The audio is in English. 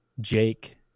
Jake